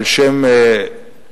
על שם מחבלים,